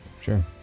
Sure